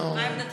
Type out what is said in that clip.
מה עמדתכם?